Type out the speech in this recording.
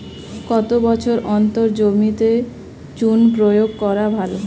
কত বছর অন্তর জমিতে চুন প্রয়োগ করা ভালো?